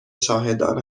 شاهدان